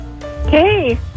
hey